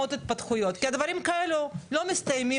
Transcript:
יהיו שם עוד התפתחויות כי דברים כאלו לא מסתיימים